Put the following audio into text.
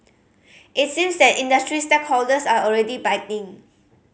it seems that industry stakeholders are already biting